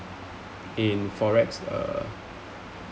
in forex uh